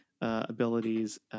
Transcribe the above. abilities